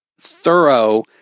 thorough